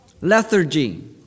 lethargy